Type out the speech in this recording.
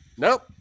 Nope